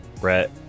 Brett